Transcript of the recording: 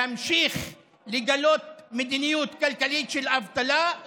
להמשיך לגלות מדיניות כלכלית של אבטלה,